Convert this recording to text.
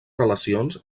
relacions